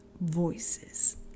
Voices